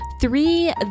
three